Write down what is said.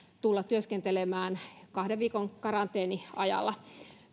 tulla työskentelemään kahden viikon karanteeniajalla